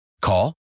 Call